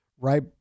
right